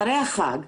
אחרי החג,